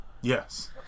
Yes